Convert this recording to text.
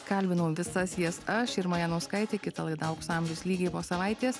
kalbinau visas jas aš irma janauskaitė kita laida aukso amžius lygiai po savaitės